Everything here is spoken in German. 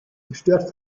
gestört